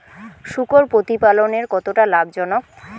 শূকর প্রতিপালনের কতটা লাভজনক?